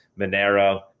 Monero